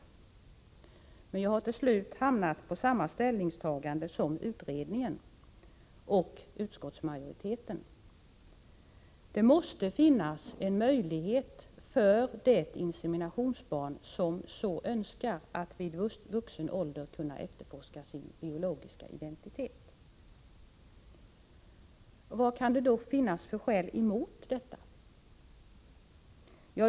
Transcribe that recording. Till slut har jag hamnat på samma ställningstagande som utredningen och utskottsmajoriteten: Det måste finnas en möjlighet för de inseminationsbarn som så önskar att vid vuxen ålder kunna efterforska sin biologiska identitet. Vad kan det finnas för skäl emot detta?